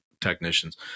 technicians